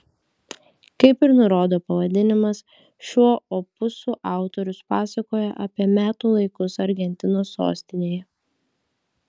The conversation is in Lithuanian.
kaip ir nurodo pavadinimas šiuo opusu autorius pasakoja apie metų laikus argentinos sostinėje